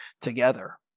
together